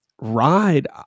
ride